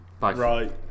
Right